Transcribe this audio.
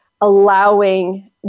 allowing